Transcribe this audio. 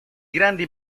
grandi